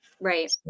right